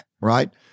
right